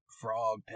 frog